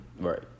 Right